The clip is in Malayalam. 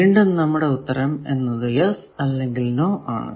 വീണ്ടും നമ്മുടെ ഉത്തരം എന്നത് യെസ് അല്ലെങ്കിൽ നോ ആണ്